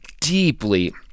deeply